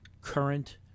current